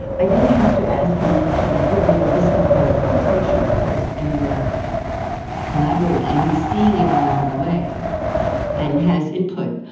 i didn't have to ask him, what should i do? i mean, there was some kind of conversation, of course. and we're collaborating and he's seeing it along the way and has input.